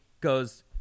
goes